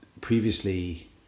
previously